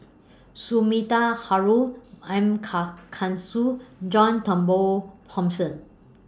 Sumida Haruzo M John Turnbull Thomson